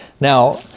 Now